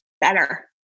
better